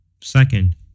second